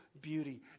beauty